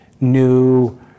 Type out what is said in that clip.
new